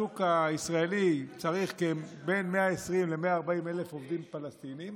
השוק הישראלי צריך בין 120,000 ל-140,000 עובדים פלסטינים.